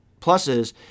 pluses